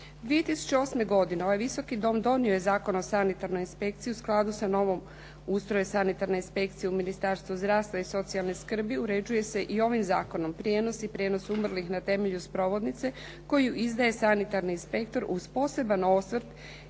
2008. godine ovaj Visoki dom donio je Zakon o sanitarnoj inspekciji u skladu sa novim ustrojem Sanitarne inspekcije u Ministarstvu zdravstva i socijalne skrbi uređuje se i ovim zakonom, prijenos i prijenos umrlih na temelju sprovodnice koju izdaje sanitarni inspektor uz poseban osvrt